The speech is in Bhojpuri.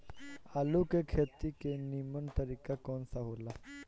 आलू के खेती के नीमन तरीका कवन सा हो ला?